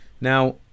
now